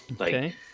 Okay